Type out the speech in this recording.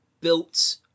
built